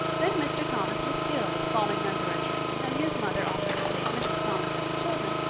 then mr. thomas was killed falling under a train and his mother offered to take mrs. thomas and the children,